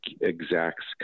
exacts